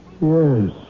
Yes